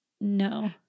No